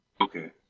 Okay